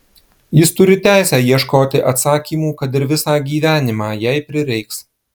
jis turi teisę ieškoti atsakymų kad ir visą gyvenimą jei prireiks